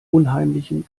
unheimlichen